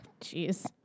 Jeez